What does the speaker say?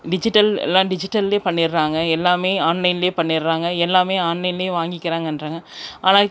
digital எல்லா டிஜிட்டலிலே பண்ணிகிறாங்க எல்லாமே ஆன்லைனிலே பண்ணிகிறாங்க எல்லாமே ஆன்லைனிலே வாங்கிக்கிறாங்கங்றாங்க ஆனால்